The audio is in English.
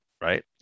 Right